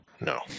No